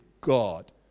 God